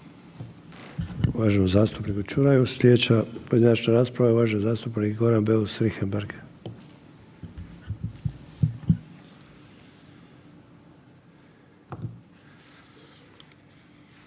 uvaženom zastupniku Čuraju. Slijedeća pojedinačna rasprava je uvaženi zastupnik Goran Beus Richembergh.